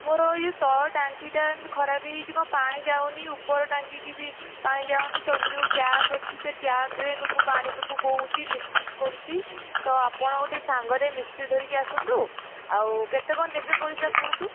ମୋର ଏହି ଯେଉଁ ତଳ ଟାଙ୍କିଟା ଖରାପ ହୋଇଯାଇଛି କଣ ପାଣି ଯାଉନି ଉପର ଟାଙ୍କିକି ବି ପାଣି ଯାଉନି ସବୁ ଯେଉଁ ଟ୍ୟାପ୍ ଅଛି ସେ ଟ୍ୟାପ୍ରେ ପାଣି ସବୁ ବହୁଛି ଲିକେଜ୍ କରୁଛି ତ ଆପଣ ଗୋଟିଏ ସାଙ୍ଗରେ ମିସ୍ତ୍ରୀ ଧରିକି ଆସନ୍ତୁ ଆଉ କେତେ କଣ ନେବେ ପଇସା କୁହନ୍ତୁ